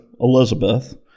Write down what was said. Elizabeth